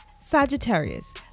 Sagittarius